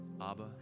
Abba